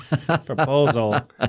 proposal